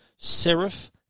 Serif